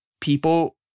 people